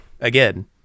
again